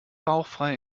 bauchfrei